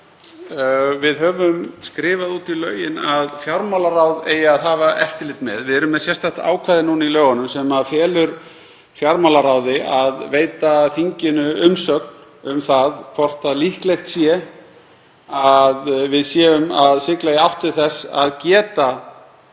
við höfum skrifað í lögin að fjármálaráð eigi að hafa eftirlit með. Við erum með sérstakt ákvæði í lögunum sem felur fjármálaráði að veita þinginu umsögn um það hvort líklegt sé að við séum að sigla í átt til þess að geta